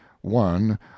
one